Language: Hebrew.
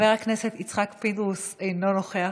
חבר הכנסת יצחק פינדרוס, אינו נוכח,